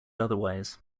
otherwise